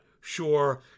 sure